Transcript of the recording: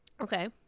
Okay